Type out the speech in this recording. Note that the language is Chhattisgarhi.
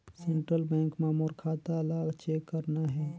सेंट्रल बैंक मां मोर खाता ला चेक करना हे?